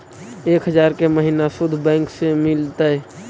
एक हजार के महिना शुद्ध बैंक से मिल तय?